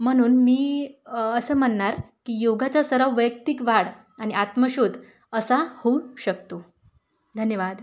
म्हणून मी असं म्हणणार की योगाचा सराव वैयक्तिक वाढ आणि आत्मशोध असा होऊ शकतो धन्यवाद